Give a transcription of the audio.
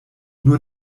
nur